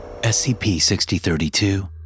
SCP-6032